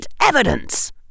evidence